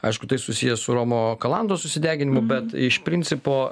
aišku tai susiję su romo kalantos susideginimu bet iš principo